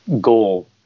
goal